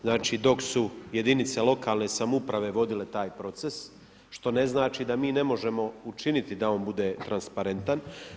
Znači dok su jedinice lokalne samouprave vodile taj proces, što ne znači da mi ne možemo učiniti da on bude transparentan.